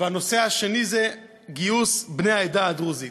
והנושא השני זה גיוס בני העדה הדרוזית.